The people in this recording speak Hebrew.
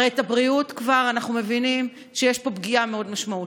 הרי בבריאות אנחנו כבר מבינים שיש פה פגיעה מאוד משמעותית,